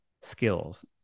skills